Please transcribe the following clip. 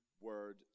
word